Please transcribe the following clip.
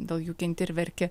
dėl jų kenti ir verki